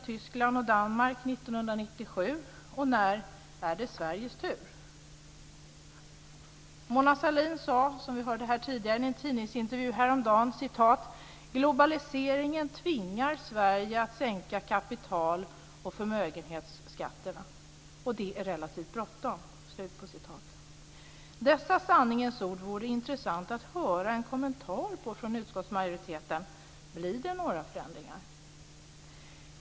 Tyskland och Danmark gjorde det 1997. När är det Sveriges tur? Mona Sahlin sade, som vi hörde tidigare, i en tidningsintervju häromdagen: "Globaliseringen tvingar Sverige att sänka kapital och förmögenhetsskatterna. - Det är relativt bråttom." Dessa sanningens ord vore det intressant att höra en kommentar till från utskottsmajoriteten. Blir det några förändringar?